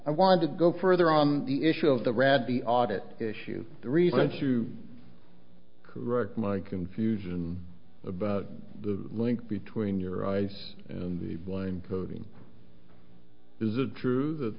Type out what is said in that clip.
i wanted to go further on the issue of the rad the audit issue the reason to correct my confusion about the link between your eyes in the blind coding is it true that